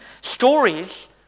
stories